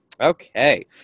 Okay